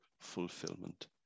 fulfillment